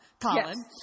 Colin